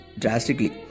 drastically